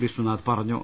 വിഷ്ണുനാഥ് പറഞ്ഞു